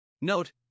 Note